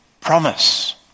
promise